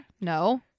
No